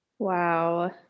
Wow